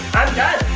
i'm done.